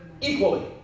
equally